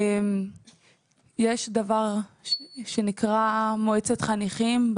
יש דבר שנקרא מועצת חניכים.